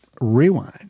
rewind